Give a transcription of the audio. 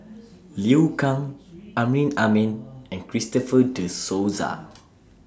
Liu Kang Amrin Amin and Christopher De Souza